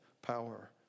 power